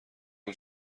اون